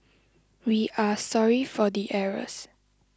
we are sorry for the errors